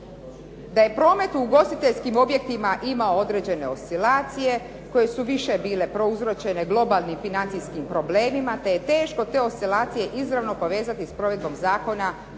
Da je promet u ugostiteljskim objektima imao određene oscilacije koje su više bile prouzročene globalnim financijskim problemima te je teško te oscilacije izravno povezati s provedbom zakona,